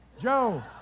joe